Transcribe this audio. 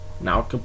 Now